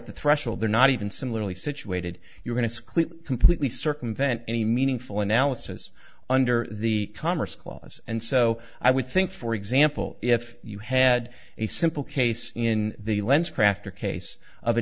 threshold they're not even similarly situated you're going to clearly completely circumvent any meaningful analysis under the commerce clause and so i would think for example if you had a simple case in the lens crafter case of a